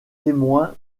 témoins